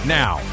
now